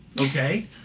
Okay